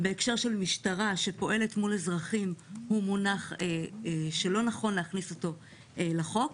בהקשר של משטרה שפועלת מול אזרחים הוא מונח שלא נכון להכניס אותו לחוק.